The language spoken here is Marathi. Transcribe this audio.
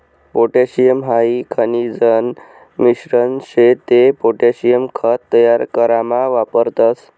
पोटॅशियम हाई खनिजन मिश्रण शे ते पोटॅशियम खत तयार करामा वापरतस